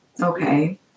okay